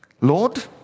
Lord